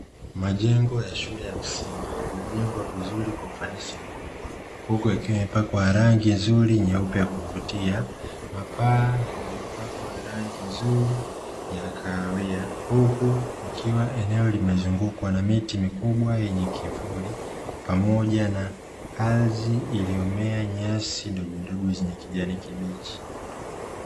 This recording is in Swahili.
Majengo ya shule ya msingi, yaliyojengwa vizuri kwa ufanisi mkubwa, huku yakiwa yamepakwa rangi nzuri nyeupe ya kuvutia, mapaa yaliyopakwa rangi nzuri ya kahawia, huku kukiwa eneo limezungukwa na miti mikubwa yenye kivuli, pamoja na ardhi iliyomea nyasi ndogondogo zenye kijani kibichi.